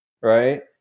Right